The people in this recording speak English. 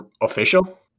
official